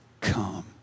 come